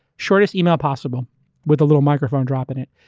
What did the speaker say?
shortest email possible with a little microphone drop in it.